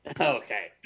Okay